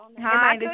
Hi